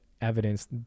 evidence